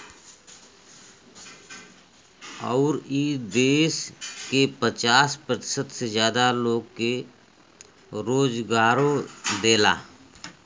अउर ई देस के पचास प्रतिशत से जादा लोग के रोजगारो देला